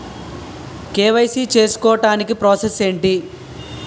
KYC చేసుకోవటానికి process ఏంటి?